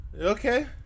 Okay